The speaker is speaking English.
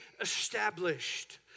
established